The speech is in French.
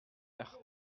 heure